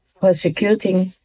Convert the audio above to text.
persecuting